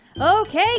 Okay